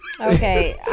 Okay